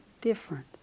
different